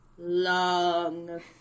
long